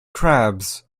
crabs